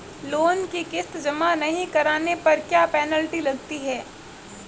Loan की किश्त जमा नहीं कराने पर क्या पेनल्टी लगती है?